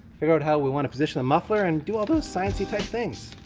figure out how we wanna position the muffler, and do all those science-y type things.